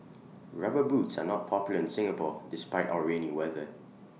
rubber boots are not popular in Singapore despite our rainy weather